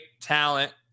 talent